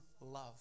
love